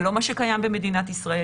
זה לא מה שקיים במדינת ישראל.